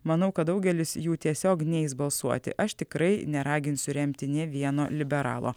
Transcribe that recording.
manau kad daugelis jų tiesiog neis balsuoti aš tikrai neraginsiu remti nei vieno liberalo